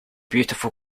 beautiful